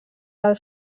del